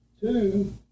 Two